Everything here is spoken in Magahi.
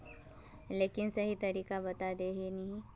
लेकिन सही तरीका बता देतहिन?